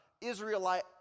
Israelite